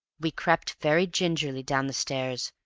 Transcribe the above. we crept very gingerly down the stairs,